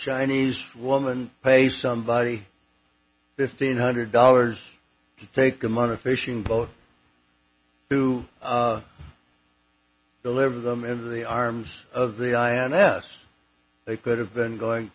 chinese woman pay somebody fifteen hundred dollars to take them on a fishing boat to deliver them into the arms of the ins they could have been going